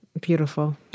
Beautiful